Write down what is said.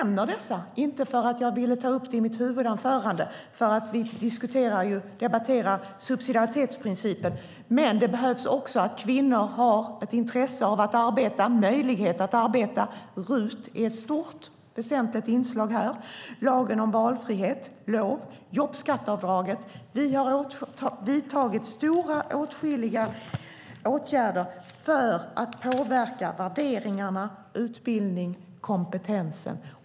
Men det behövs också att kvinnor har ett intresse av att arbeta och möjlighet att arbeta. RUT är ett stort, väsentligt inslag här. Lagen om valfrihet, LOV, och jobbskatteavdraget - vi har vidtagit åtskilliga stora åtgärder för att påverka värderingarna, utbildningen och kompetensen.